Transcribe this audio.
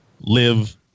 live